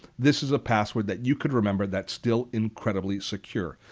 this is a password that you could remember that's still incredible secure.